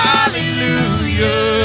Hallelujah